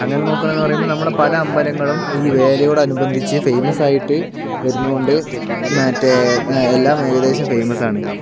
അങ്ങനെ നോക്കാണെന്ന് പറയുമ്പോൾ നമ്മളെ പല അമ്പലങ്ങളും ഈ വേലയോടനുബന്ധിച്ച് ഫെയിമസ് ആയിട്ട് വരുന്നോണ്ട് മറ്റെ എല്ലാം ഏകദേശം ഫെയിമസ് ആണ്